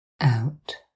out